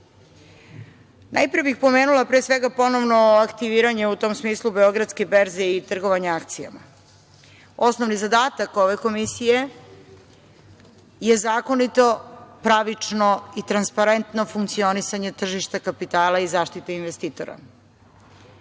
Najpre bih pomenula, pre svega, ponovno aktiviranje u tom smislu, Beogradske berze i trgovanja akcijama. Osnovni zadatak ove Komisije je zakonito, pravično i transparentno funkcionisanje tržišta kapitala i zaštite investitora.